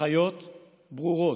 הנחיות ברורות.